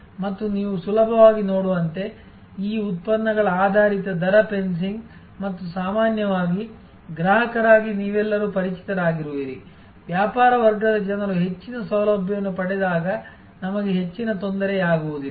ಮತ್ತು ನೀವು ಸುಲಭವಾಗಿ ನೋಡುವಂತೆ ಈ ಉತ್ಪನ್ನಗಳ ಆಧಾರಿತ rate ಫೆನ್ಸಿಂಗ್ ಮತ್ತು ಸಾಮಾನ್ಯವಾಗಿ ಗ್ರಾಹಕರಾಗಿ ನೀವೆಲ್ಲರೂ ಪರಿಚಿತರಾಗಿರುವಿರಿ ವ್ಯಾಪಾರ ವರ್ಗದ ಜನರು ಹೆಚ್ಚಿನ ಸೌಲಭ್ಯಗಳನ್ನು ಪಡೆದಾಗ ನಮಗೆ ಹೆಚ್ಚಿನ ತೊಂದರೆಯಾಗುವುದಿಲ್ಲ